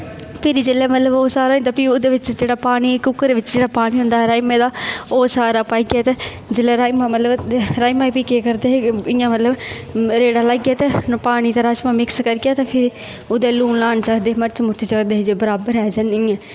फिरी जेल्लै मतलब ओह् सारा होई जंदा फिर ओह्दे च जेह्ड़ा पानी कुकर बिच्च जेह्ड़ा पानी होंदा हा राजमांह् दा ओह् सारा पाइयै ते जेल्लै राजमांह् मतलब राजमांह् गी फ्ही केह् करदे हे इ'यां मतलब रेड़ा लाइयै ते पानी ते राजमांह् मिक्स करियै ते फिर ओह्दे च लून लान चखदे मर्च मूर्चा चखदे हे कि बराबर ऐ जां निं ऐ